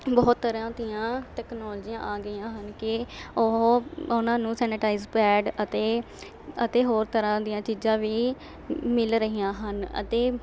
ਬਹੁਤ ਤਰ੍ਹਾਂ ਦੀਆਂ ਤਕਨੋਲਜੀਆਂ ਆ ਗਈਆਂ ਹਨ ਕਿ ਉਹ ਉਨ੍ਹਾਂ ਨੂੰ ਸੈਨੇਟਾਈਜ਼ ਪੈਡ ਅਤੇ ਅਤੇ ਹੋਰ ਤਰ੍ਹਾਂ ਦੀਆਂ ਚੀਜ਼ਾਂ ਵੀ ਮਿਲ ਰਹੀਆਂ ਹਨ ਅਤੇ